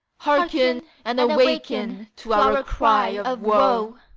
hearken and awaken to our cry of woe!